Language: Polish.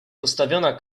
postawiona